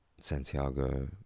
Santiago